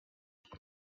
jean